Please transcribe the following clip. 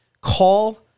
call